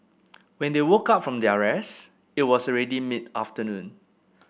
when they woke up from their rest it was already mid afternoon